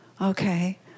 Okay